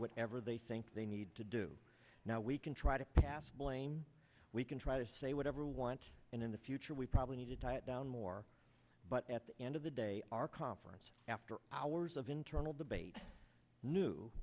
whatever they think they need to do now we can try to cast blame we can try to say whatever we want and in the future we probably need to tie it down more but at the end of the day our conference after hours of internal debate knew